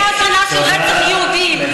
100 שנה של רצח יהודים.